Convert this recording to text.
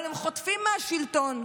אבל הם חוטפים מהשלטון,